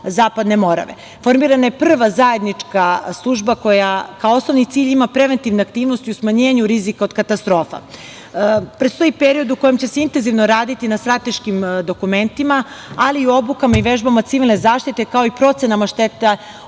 Zapadne Morave. Formirana je prva zajednička služba koja kao osnovni cilj ima preventivne aktivnosti u smanjenju rizika od katastrofa. Predstoji period u kojem će se intenzivno raditi na strateškim dokumentima, ali i obukama i vežbama civilne zaštite, kao i procenama štete